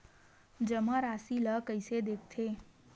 जमा राशि ला कइसे देखथे?